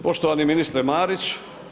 Poštovani ministre Marić.